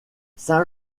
saint